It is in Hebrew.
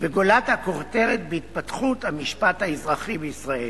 וגולת הכותרת בהתפתחות המשפט האזרחי בישראל.